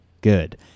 good